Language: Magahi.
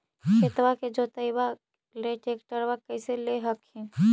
खेतबा के जोतयबा ले ट्रैक्टरबा कैसे ले हखिन?